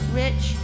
rich